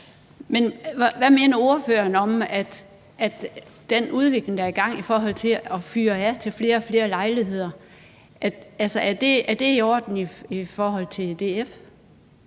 hvad mener ordføreren om den udvikling, der er i gang, med at fyre af ved flere og flere lejligheder? Er det i orden for DF's